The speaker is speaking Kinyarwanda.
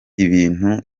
ibintu